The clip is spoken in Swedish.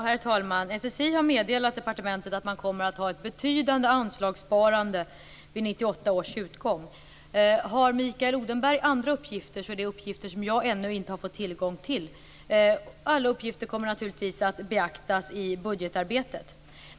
Herr talman! SSI har meddelat departementet att man kommer att ha ett betydande anslagssparande vid 1998 års utgång. Om Mikael Odenberg har andra uppgifter är det uppgifter som jag ännu inte har fått tillgång till. Alla uppgifter kommer naturligtvis att beaktas i budgetarbetet.